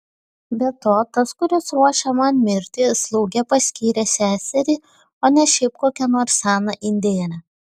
be to tas kuris ruošia man mirtį slauge paskyrė seserį o ne šiaip kokią nors seną indėnę